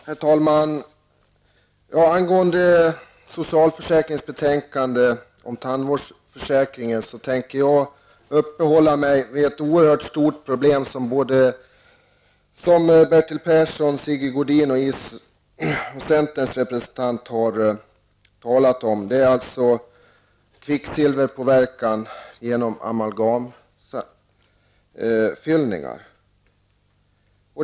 Herr talman! När det gäller socialförsäkringsutskottets betänkande om tandvårdsförsäkringen tänker jag uppehålla mig vid ett oerhört stort problem som både Bertil Persson, Sigge Godin och Karin Israelsson har talat om, nämligen kvicksilverpåverkan genom amalgamfyllningar.